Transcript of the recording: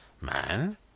Man